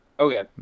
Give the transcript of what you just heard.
Okay